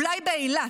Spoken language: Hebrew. אולי באילת?